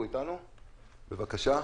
בבקשה.